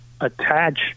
attach